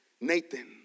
Nathan